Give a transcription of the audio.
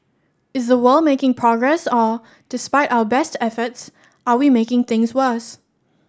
is the world making progress or despite our best efforts are we making things worse